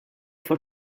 for